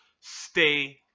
Stay